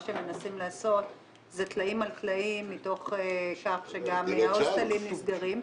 הם מנסים לעשות טלאים על טלאים ותוך כדי כך ההוסטלים נסגרים.